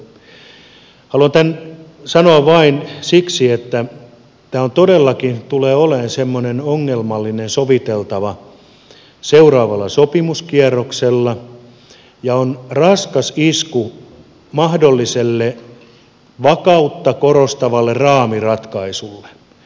haluan tämän sanoa vain siksi että tämä todellakin tulee olemaan semmoinen ongelmallinen soviteltava seuraavalla sopimuskierroksella ja on raskas isku mahdolliselle vakautta korostavalle raamiratkaisulle